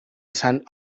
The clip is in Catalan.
sant